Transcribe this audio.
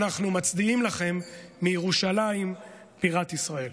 אנחנו מצדיעים לכם מירושלים בירת ישראל.